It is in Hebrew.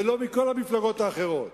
ולא מכל המפלגות האחרות,